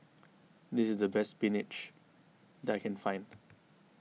this is the best Spinach that I can find